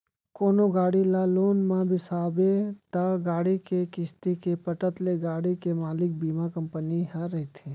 कोनो गाड़ी ल लोन म बिसाबे त गाड़ी के किस्ती के पटत ले गाड़ी के मालिक बीमा कंपनी ह रहिथे